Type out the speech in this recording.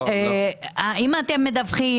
האם אתם מדווחים?